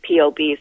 POBs